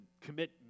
commit